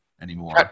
anymore